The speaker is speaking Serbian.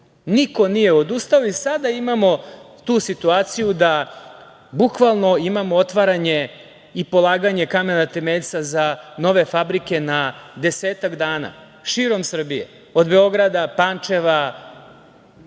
nije odustao i sada imamo tu situaciju da bukvalno imamo otvaranje i polaganje kamena temeljca za nove fabrike za desetak dana, širom Srbije od Beograda, Pančeva,